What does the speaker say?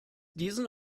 diesen